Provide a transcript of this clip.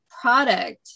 product